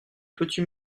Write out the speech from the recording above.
petit